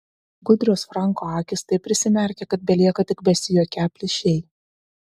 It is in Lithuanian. gudrios franko akys taip prisimerkia kad belieka tik besijuokią plyšiai